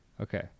Okay